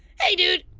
hey dude.